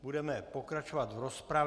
Budeme pokračovat v rozpravě.